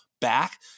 back